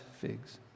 figs